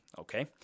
okay